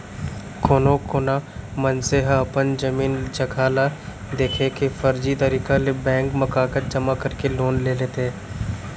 कोनो कोना मनसे ह अपन जमीन जघा ल देखा के फरजी तरीका ले बेंक म कागज जमा करके लोन ले लेथे